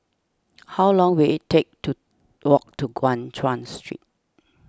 how long will it take to walk to Guan Chuan Street